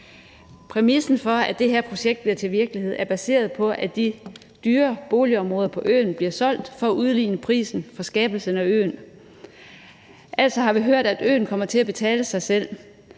Præmissen for, at det her projekt bliver til virkelighed, er baseret på, at de dyre boligområder på øen bliver solgt for at udligne prisen for skabelsen af øen. Vi har hørt, at øen kommer til at betale sig selv,